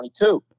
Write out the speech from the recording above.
2022